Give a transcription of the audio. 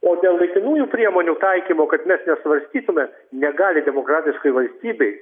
o dėl laikinųjų priemonių taikymo kad mes nesvarstytume negali demokratiškoj valstybėj